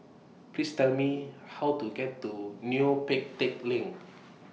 Please Tell Me How to get to Neo Pee Teck Lane